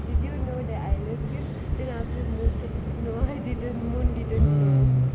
did you know that I love you then after moon say no I didn't moon didn't know